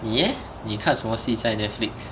你 leh 你看什么戏在 Netflix